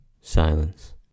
Silence